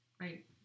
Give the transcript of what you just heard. Right